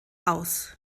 aus